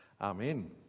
Amen